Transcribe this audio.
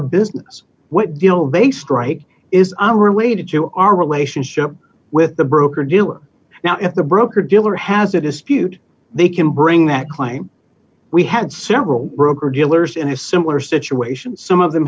business what deal based right is unrelated to our relationship with the broker dealer now if the broker dealer has a dispute they can bring that claim we had several broker dealers in a similar situation some of them